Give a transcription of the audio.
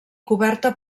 coberta